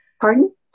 Pardon